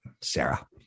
Sarah